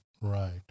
Right